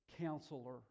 counselor